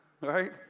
right